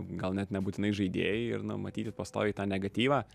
gal net nebūtinai žaidėjai ir na matyti pastoviai tą negatyvą